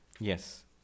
Yes